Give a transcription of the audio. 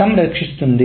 సంరక్షిస్తుంది